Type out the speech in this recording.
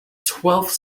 twelfth